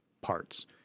parts